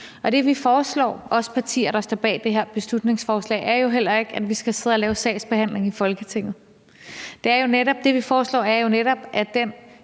og det, som vi foreslår i partierne, der står bag det her beslutningsforslag, er jo heller ikke, at vi skal sidde og lave sagsbehandling i Folketinget. Det, som vi foreslår, er jo netop, at det